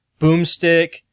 boomstick